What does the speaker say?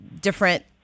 different